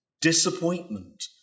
disappointment